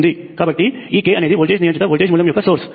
కాబట్టి ఈ k అనేది వోల్టేజ్ నియంత్రిత వోల్టేజ్ మూలం యొక్క సోర్స్